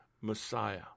Messiah